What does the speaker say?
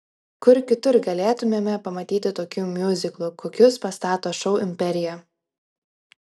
kur kitur galėtumėme pamatyti tokių miuziklų kokius pastato šou imperija